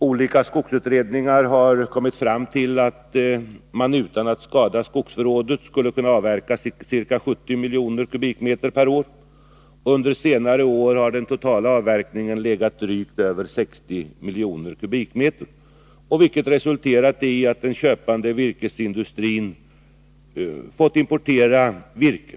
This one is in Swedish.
Olika skogsutredningar har kommit fram till att man, utan att skada skogsförrådet, skulle kunna avverka ca 70 miljoner m? per år. Under senare år har den totala årsavverkningen legat på drygt 60 miljoner m?, vilket resulterat i att den köpande virkesindustrin fått importera virke.